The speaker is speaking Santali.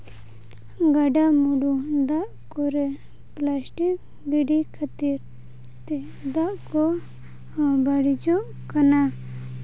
ᱜᱟᱰᱟᱼᱢᱩᱰᱩ ᱫᱟᱜ ᱠᱚᱨᱮ ᱯᱞᱟᱥᱴᱤᱠ ᱜᱤᱰᱤ ᱠᱷᱟᱹᱛᱤᱨ ᱫᱟᱜ ᱠᱚᱦᱚᱸ ᱵᱟᱹᱲᱤᱡᱚᱜ ᱠᱟᱱᱟ